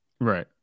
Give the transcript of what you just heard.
Right